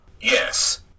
Yes